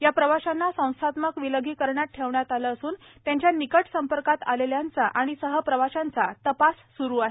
या प्रवाशांना संस्थात्मक विलगीकरणात ठेवलं असून त्यांच्या निकट संपर्कात आलेल्यांचा आणि सहप्रवाशांचा तपास सुरू आहे